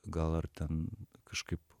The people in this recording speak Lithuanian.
gal ar ten kažkaip